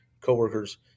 coworkers